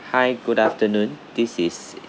hi good afternoon this is